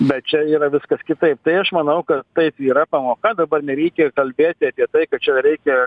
bet čia yra viskas kitaip tai aš manau kad taip yra pamoka dabar nereikia kalbėti apie tai kad čia reikia